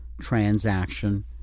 transaction